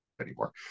anymore